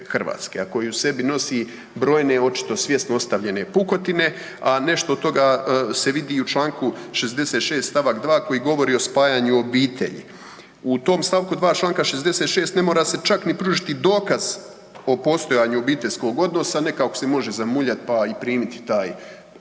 sabor RH, a koji u sebi nosi brojne očito svjesno ostavljene pukotine, a nešto od toga se vidi i u čl. 66. st. 2. koji govori o spajanju obitelji. U tom st. 2. čl. 66. ne mora se čak ni pružiti dokaz o postojanju obiteljskog odnosa, nekako se može zamuljat pa primiti taj